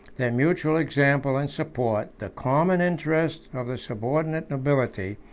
their mutual example and support, the common interest of the subordinate nobility,